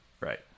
Right